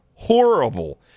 horrible